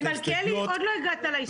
מלכיאלי, עוד לא הגעת להסתייגויות.